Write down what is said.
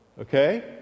okay